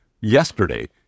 yesterday